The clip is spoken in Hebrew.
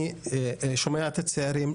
אני שומע את הצעירים.